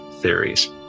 theories